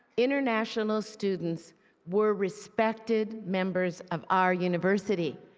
international students were respected members of our university.